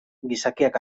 gizakiak